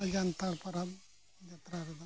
ᱡᱟᱱᱛᱟᱲ ᱯᱚᱨᱚᱵᱽ ᱚᱱᱟ ᱡᱟᱛᱛᱨᱟ ᱨᱮᱫᱚ